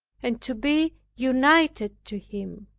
and to be united to him,